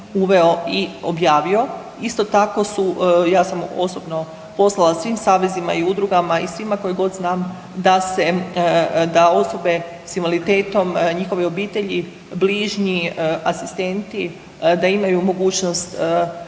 uveo i objavio. Isto tako su, ja sam osobno poslala svim savezima i udrugama i svima koje god znam da osobe s invaliditetom, njihove obitelji, bližnji asistenti da imaju mogućnost da se